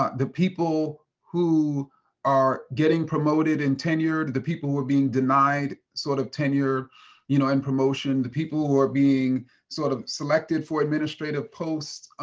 ah the people who are getting promoted and tenured, the people were being denied sort of tenure you know and promotion, the people who are being sort of selected for administrative posts.